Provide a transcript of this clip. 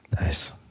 Nice